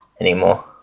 anymore